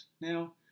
Now